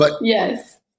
Yes